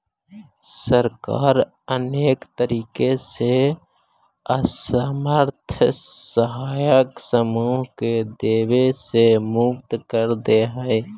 सरकार अनेक तरीका से असमर्थ असहाय समूह के देवे से मुक्त कर देऽ हई